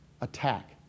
Attack